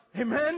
Amen